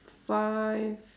five